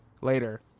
later